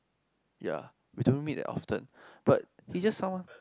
ya we don't meet that often but it just sounds